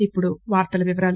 ఇప్పుడు వార్తల వివరాలు